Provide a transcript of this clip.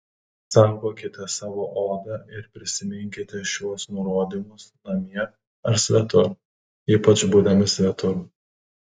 saugokite savo odą ir prisiminkite šiuos nurodymus namie ar svetur ypač būdami svetur